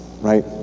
Right